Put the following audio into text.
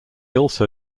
also